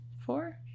four